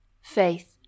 faith